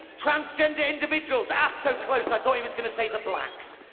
transgender individuals. ah, so close, i thought he was going to say the blacks.